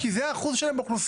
כי זה האחוז שלהם באוכלוסייה.